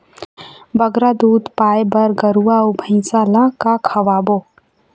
बगरा दूध पाए बर गरवा अऊ भैंसा ला का खवाबो?